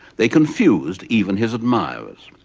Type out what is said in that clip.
they confused even his admirers.